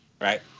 right